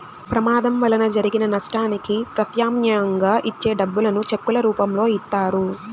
ప్రమాదం వలన జరిగిన నష్టానికి ప్రత్యామ్నాయంగా ఇచ్చే డబ్బులను చెక్కుల రూపంలో ఇత్తారు